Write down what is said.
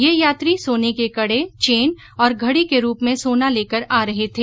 ये यात्री सोने के कडे चेन और घडी के रूप में सोना लेकर आ रहे थे